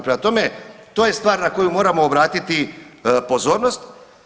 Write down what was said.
Prema tome, to je stvar na koju moramo obratiti pozornost.